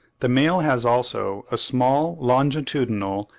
the male has also a small, longitudinal,